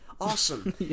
Awesome